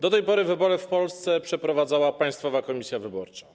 Do tej pory wybory w Polsce przeprowadzała Państwowa Komisja Wyborcza.